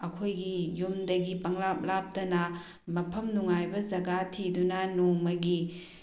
ꯑꯩꯈꯣꯏꯒꯤ ꯌꯨꯝꯗꯒꯤ ꯄꯪꯂꯥꯞ ꯂꯥꯞꯇꯅ ꯃꯐꯝ ꯅꯨꯡꯉꯥꯏꯕ ꯖꯒꯥ ꯊꯤꯗꯨꯅ ꯅꯣꯡꯃꯒꯤ